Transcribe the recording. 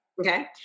Okay